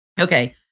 okay